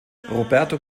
roberto